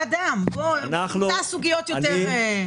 הנושא הזה דורש רביזיה מקפת.